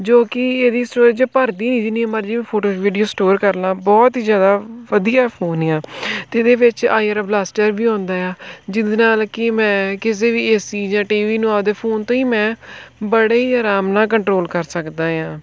ਜੋ ਕਿ ਇਹਦੀ ਸਟੋਰੇਜ ਭਰਦੀ ਹੀ ਨਹੀਂ ਜਿੰਨੀ ਮਰਜ਼ੀ ਫੋਟੋਜ਼ ਵੀਡੀਓਜ਼ ਸਟੋਰ ਕਰ ਲਵਾਂ ਬਹੁਤ ਹੀ ਜ਼ਿਆਦਾ ਵਧੀਆ ਫੋਨ ਆ ਅਤੇ ਇਹਦੇ ਵਿੱਚ ਆਈ ਆਰ ਬਲਾਸਟਰ ਵੀ ਆਉਂਦਾ ਆ ਜਿਹਦੇ ਨਾਲ ਕਿ ਮੈਂ ਕਿਸੇ ਵੀ ਇਸ ਚੀਜ਼ ਜਾਂ ਟੀ ਵੀ ਨੂੰ ਆਪਦੇ ਫੋਨ ਤੋਂ ਹੀ ਮੈਂ ਬੜੇ ਹੀ ਆਰਾਮ ਨਾਲ ਕੰਟਰੋਲ ਕਰ ਸਕਦਾ ਆਂ